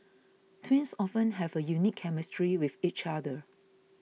twins often have a unique chemistry with each other